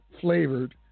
flavored